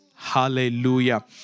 Hallelujah